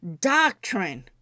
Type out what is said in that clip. doctrine